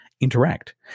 interact